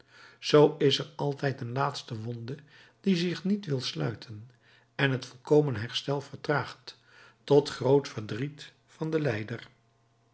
zoo is er altijd een laatste wonde die zich niet wil sluiten en het volkomen herstel vertraagt tot groot verdriet van den lijder